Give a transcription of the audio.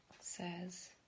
Says